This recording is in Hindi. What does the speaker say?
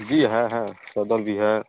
जी हाँ हाँ सदर बिहार